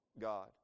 God